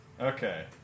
Okay